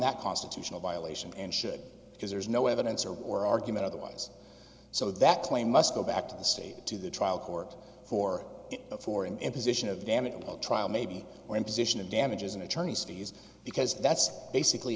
that constitutional violation and should because there is no evidence or or argument otherwise so that claim must go back to the state to the trial court for for an imposition of the damage trial maybe or imposition of damages and attorneys fees because that's basically